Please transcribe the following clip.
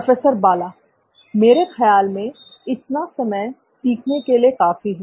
professor Bala मेरे ख्याल में इतना समय सीखने के लिए काफी है